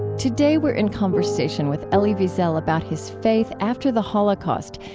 today we're in conversation with elie wiesel about his faith after the holocaust,